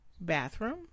Bathroom